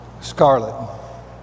Scarlet